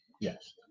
Yes